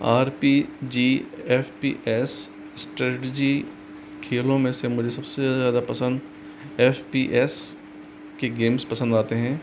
are P G F P S strategy खेलों में से मुझे सबसे ज़्यादा पसंद एफ पी एस के गेम्स पसंद आते हैं